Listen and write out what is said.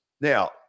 Now